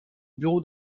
bureau